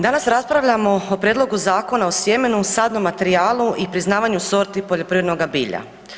Danas raspravljamo o Prijedlogu zakona o sjemenu, sadnog materijala i priznavanju sorti poljoprivrednoga bilja.